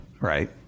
right